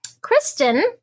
Kristen